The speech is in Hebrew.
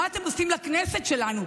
מה אתם עושים לכנסת שלנו,